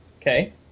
Okay